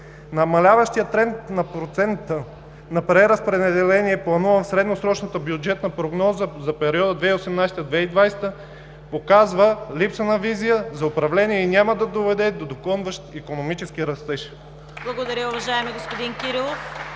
Намаляващият тренд на процента на преразпределение по средносрочната бюджетна прогноза за периода 2018 – 2020 показва липса на визия за управление и няма да доведе до догонващ икономически растеж.